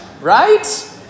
Right